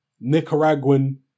Nicaraguan